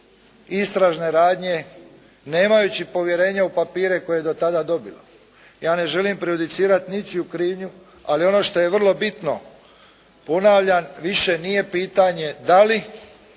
istražne radnje nemajući povjerenja u papire koje je do tada dobilo. Ja ne želim prejudicirati ničiju krivnju ali ono što je vrlo bitno ponavljam više nije pitanje da li